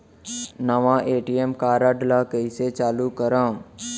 नवा ATM card ल कइसे चालू करव?